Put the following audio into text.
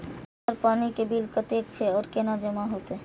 हमर पानी के बिल कतेक छे और केना जमा होते?